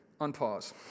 unpause